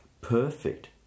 perfect